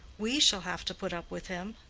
we shall have to put up with him.